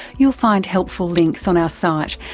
you'll find helpful links on our site,